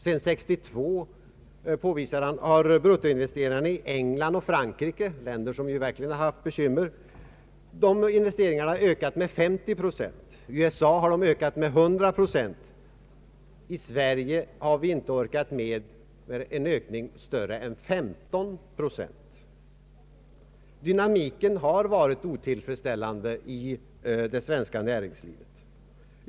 Han påvisar att bruttoinvesteringarna i England och Frankrike, länder som verkligen har haft bekymmer, sedan 1962 ökat med 50 procent och i USA med 100 procent, men i Sverige har vi inte orkat med en större ökning än 15 procent. Dynamiken har varit otillfredsställande i det svenska näringslivet.